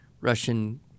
Russian